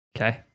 Okay